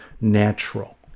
natural